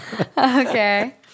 Okay